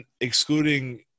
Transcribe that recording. excluding